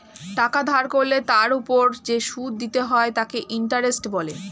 টাকা ধার করলে তার ওপর যে সুদ দিতে হয় তাকে ইন্টারেস্ট বলে